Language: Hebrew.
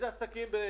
גם העסקים וגם אנחנו,